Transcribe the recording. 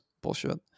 bullshit